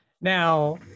Now